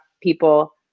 people